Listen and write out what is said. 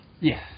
yes